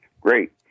Great